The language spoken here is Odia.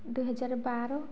ଦୁଇହଜାର ବାର